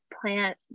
plant